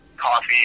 coffee